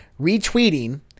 retweeting